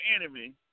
enemy